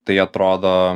tai atrodo